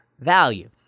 value